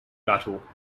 battle